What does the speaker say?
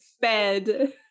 fed